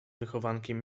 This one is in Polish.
wychowankiem